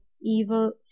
evil